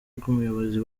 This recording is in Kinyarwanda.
rw’ubuyobozi